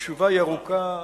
שהתשובה ארוכה.